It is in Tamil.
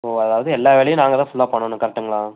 ஓ அதாவது எல்லா வேலையும் நாங்கள் தான் ஃபுல்லாக பண்ணனும் கர்ட்டுங்களா